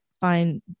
find